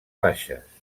baixes